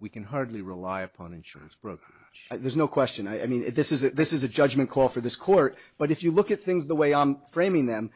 we can hardly rely upon insurance broker there's no question i mean this is this is a judgement call for this court but if you look at things the way i framing them